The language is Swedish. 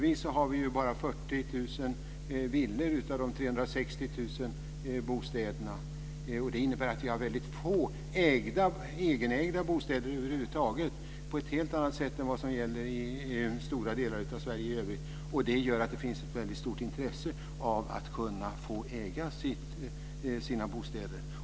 Vi har exempelvis bara 40 000 villor bland de 360 000 bostäderna. Det innebär att vi över huvud taget har väldigt få egenägda bostäder, på ett helt annat sätt än vad som gäller i stora delar av Sverige i övrigt. Detta gör att det finns ett väldigt stort intresse av att få äga bostäderna.